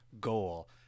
goal